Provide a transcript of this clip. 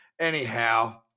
Anyhow